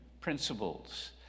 principles